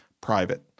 private